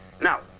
now